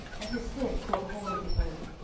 and his head caught hold of the oak,